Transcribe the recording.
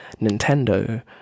Nintendo